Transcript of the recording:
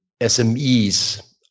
SMEs